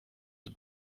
and